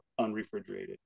unrefrigerated